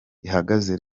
ihagaze